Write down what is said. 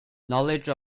knowledge